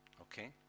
Okay